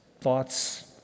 thoughts